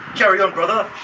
carry on brother.